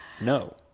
No